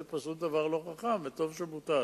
זה פשוט דבר לא חכם וטוב שבוטל.